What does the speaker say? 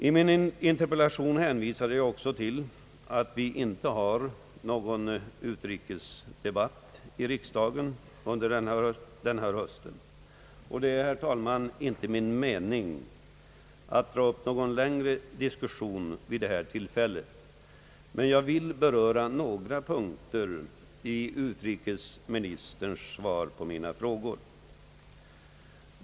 I min interpellation hänvisade jag också till att vi under denna höst inte har någon utrikesdebatt i riksdagen, och det är inte, herr talman, min mening att dra upp någon längre diskussion vid detta tillfälle. Jag vill dock beröra några punkter i utrikesministerns svar på mina frågor.